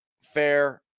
fair